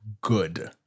good